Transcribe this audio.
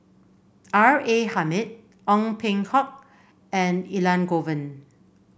R A Hamid Ong Peng Hock and Elangovan